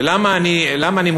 ולמה אני מופתע?